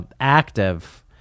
active